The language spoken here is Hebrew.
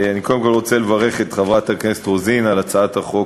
אני קודם כול רוצה לברך את חברת הכנסת רוזין על הצעת החוק